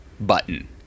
button